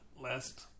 last